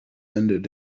ended